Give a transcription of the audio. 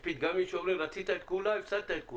יש פתגם האומר שרצית את כולה,